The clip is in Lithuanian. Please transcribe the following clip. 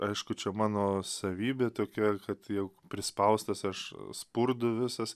aišku čia mano savybė tokia kad jau prispaustas aš spurdu visas